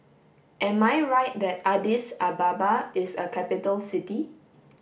am I right that Addis Ababa is a capital city